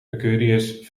mercurius